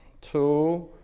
two